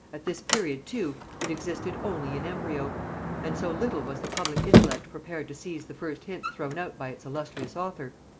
at this period, too, it existed only in embryo and so little was the public intellect prepared to seize the first hints thrown out by its illustrious author,